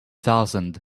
thousand